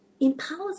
empowers